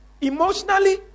emotionally